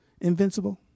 invincible